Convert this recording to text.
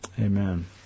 Amen